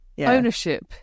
Ownership